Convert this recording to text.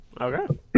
Okay